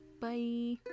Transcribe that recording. Bye